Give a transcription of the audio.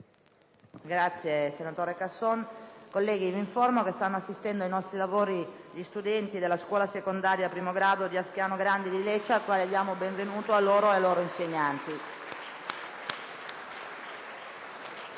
finestra"). Colleghi, vi informo che stanno assistendo ai nostri lavori gli studenti della scuola secondaria di primo grado «Ascanio Grandi» di Lecce. Diamo il benvenuto a loro e ai loro insegnanti.